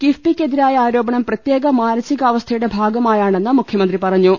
കിഫ്ബിക്കെതിരായ ആരോപണം പ്രത്യേക മാനസികാവസ്ഥയുടെ ഭാഗമാ യാണെന്ന് മുഖൃമന്ത്രി പറഞ്ഞു